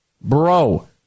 bro